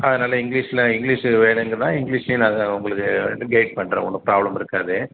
அதனால இங்கிலிஷில் இங்கிலிஷ்சு வேணுங்கன்னால் இங்கிலிஷ்லேயும் நாங்கள் உங்களுக்கு ரெண்டும் கைட் பண்ணுறேன் ஒன்றும் ப்ராப்ளம் இருக்காது